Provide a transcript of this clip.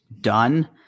done